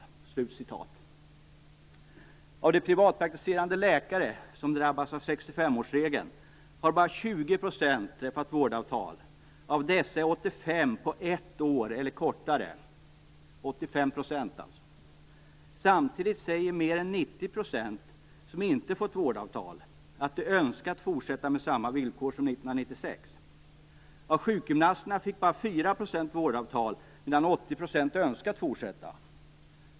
65-årsregeln har bara 20 % träffat vårdavtal. 85 % av dessa vårdavtal är på ett år eller mindre. Samtidigt säger mer än 90 % av dem som inte fått vårdavtal att de önskat fortsätta med samma villkor som 1996. Av sjukgymnasterna fick bara 4 % vårdavtal, medan 80 % önskat fortsätta.